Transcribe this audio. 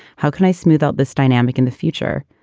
how can i smooth out this dynamic in the future?